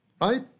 right